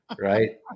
right